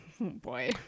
boy